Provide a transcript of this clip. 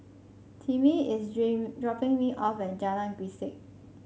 Timmie is dream dropping me off at Jalan Grisek